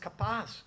capaz